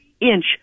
inch